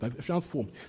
transformed